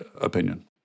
opinion